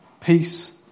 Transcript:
peace